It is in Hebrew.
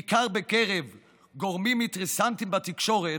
בעיקר בקרב גורמים אינטרסנטיים בתקשורת,